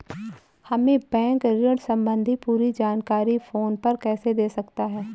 हमें बैंक ऋण संबंधी पूरी जानकारी फोन पर कैसे दे सकता है?